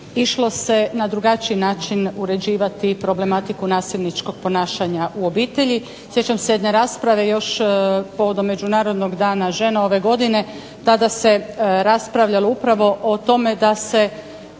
išlo se na drugačiji način uređivati problematiku nasilničkog ponašanja u obitelji. Sjećam se jedne rasprave još povodom međunarodnog Dana žena ove godine. Tada se raspravljalo upravo o tome da se